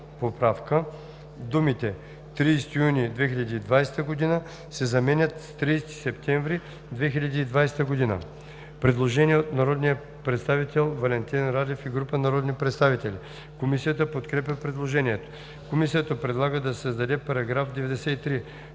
думите „30 юни 2020 г.“ се заменят с „30 септември 2020 г.“. Предложение от народния представител Валентин Радев и групи народни представители. Комисията подкрепя предложението. Комисията предлага да се създаде § 93.